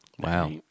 Wow